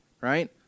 right